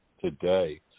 Today